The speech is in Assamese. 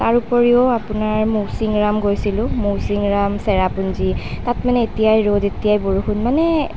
তাৰ উপৰিও আপোনাৰ মৌছিনৰাম গৈছিলোঁ মৌছিনৰাম ছেৰাপুঞ্জী তাত মানে এতিয়াই ৰ'দ এতিয়াই বৰষুণ মানে